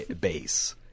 base